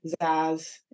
Zaz